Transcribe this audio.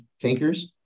thinkers